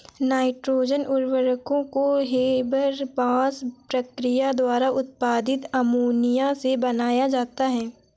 nitrogen उर्वरकों को Haber Bosch प्रक्रिया द्वारा उत्पादित अमोनिया से बनाया जाता है